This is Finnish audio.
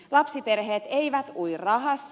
lapsiperheet eivät ui rahassa